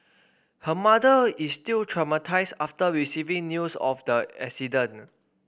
her mother is still traumatised after receiving news of the accident